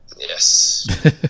Yes